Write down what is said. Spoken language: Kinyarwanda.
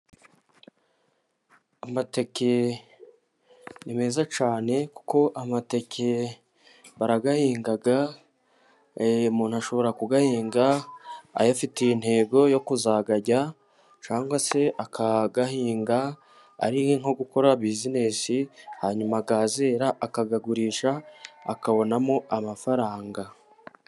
Amateke ni meza cyane, kuko amateke barayahinga, umuntu ashobora kuyahinga ayafitiye intego yo kuzayarya, cyangwa se akayahinga ari nko gukora bizinesi, hanyuma yazera akayagurisha akabonamo amafaranga.